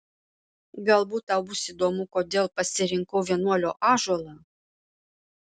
galbūt tau bus įdomu kodėl pasirinkau vienuolio ąžuolą